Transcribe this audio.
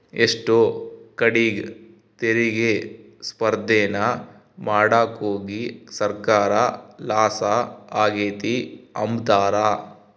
ಎಷ್ಟೋ ಕಡೀಗ್ ತೆರಿಗೆ ಸ್ಪರ್ದೇನ ಮಾಡಾಕೋಗಿ ಸರ್ಕಾರ ಲಾಸ ಆಗೆತೆ ಅಂಬ್ತಾರ